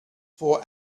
for